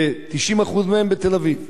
כ-90% מהם, בתל-אביב.